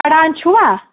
پران چھُوا